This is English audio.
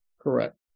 Correct